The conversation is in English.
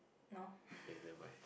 no